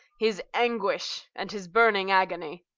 his anguish and his burning agony!